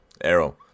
Arrow